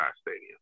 stadium